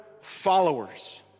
followers